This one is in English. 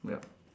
yup